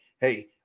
hey